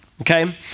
okay